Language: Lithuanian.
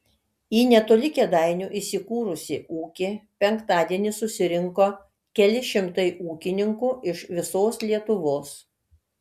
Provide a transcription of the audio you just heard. į netoli kėdainių įsikūrusį ūkį penktadienį susirinko keli šimtai ūkininkų iš visos lietuvos